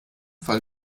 fall